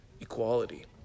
Equality